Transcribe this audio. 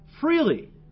freely